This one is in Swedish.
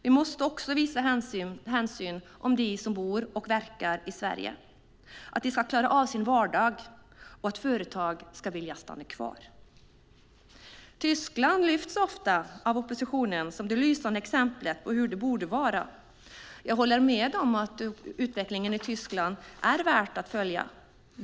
Vi måste också ta hänsyn till dem som bor och verkar i Sverige, att de ska klara av sin vardag och att företag ska vilja stanna kvar. Tyskland lyfts ofta fram av oppositionen som ett lysande exempel på hur det borde vara. Jag håller med om att utvecklingen i Tyskland är värd att följa.